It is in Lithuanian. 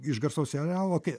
iš garsaus serialo kai